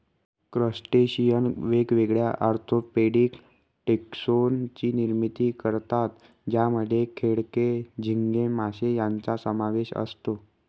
crustacean वेगवेगळ्या orthopaedic taxon ची निर्मिती करतात ज्यामध्ये खेकडे, झिंगे, मासे यांचा समावेश असतो